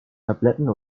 tabletten